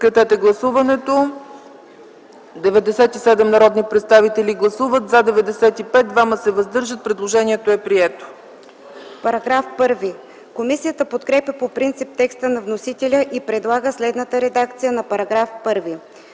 По § 1 комисията подкрепя по принцип текста на вносителя и предлага следната редакция на параграфа: